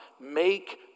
make